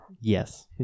Yes